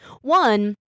one